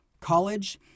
College